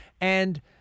And-